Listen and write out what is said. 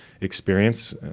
experience